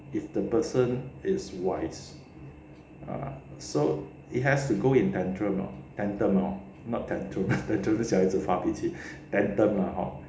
if the person is wise ah so it has to go in tantrum lor anthem lor not tantrum tantrum 是小孩子发脾气 anthem lah hor